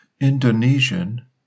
Indonesian